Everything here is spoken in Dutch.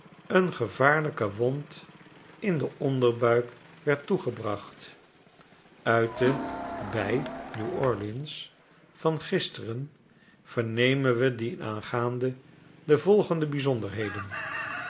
een gevaarlijke wond in den onderbuik werd toegebracht uit de bij new orleans van gisteren vernemen we dienaangaande de volgende bijzonderheden